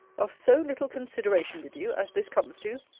of so little consideration with you, as this comes to?